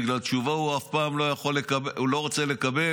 בגלל שתשובה הוא אף פעם לא רוצה לקבל,